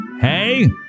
hey